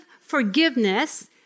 forgiveness